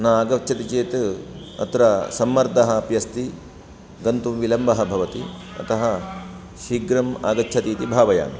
न आगच्छति चेत् अत्र सम्मर्दः अपि अस्ति गन्तुं विलम्बः भवति अतः शीघ्रम् आगच्छति इति भावयामि